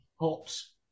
hops